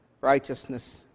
righteousness